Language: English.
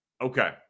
Okay